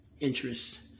interest